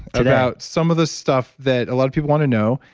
about some of the stuff that a lot of people want to know.